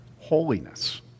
holiness